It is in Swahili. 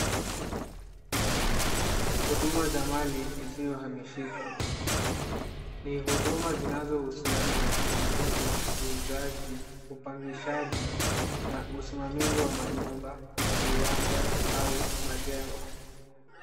Huduma za mali isiyohamishika, ni huduma zinazohusiana na ununuzi, uuzaji, upangishaji na usimamizi wa manyumba, viwanja au majengo.